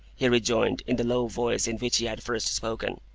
he rejoined, in the low voice in which he had first spoken